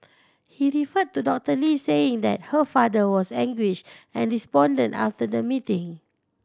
he referred to Doctor Lee saying that her father was anguished and despondent after the meeting